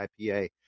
IPA